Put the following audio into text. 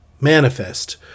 manifest